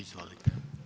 Izvolite.